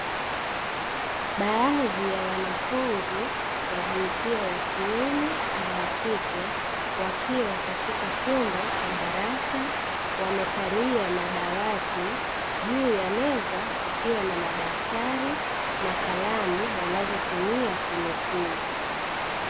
Baadhi ya wanafunzi wa jinsia ya kiume na ya kike wakiwa katika chumba cha darasa, wamekalia madawati juu ya meza kukiwa na madaftari na kalamu wanazotumia kunukuu.